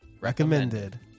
recommended